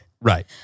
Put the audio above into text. Right